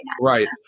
Right